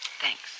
Thanks